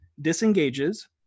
disengages